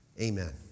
amen